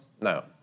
No